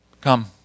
come